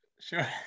Sure